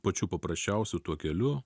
pačių paprasčiausių tuo keliu